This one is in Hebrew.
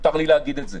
מותר לי להגיד את זה.